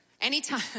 anytime